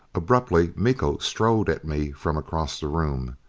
abruptly miko strode at me from across the room.